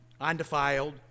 undefiled